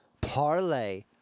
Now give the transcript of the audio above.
parlay